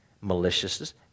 maliciousness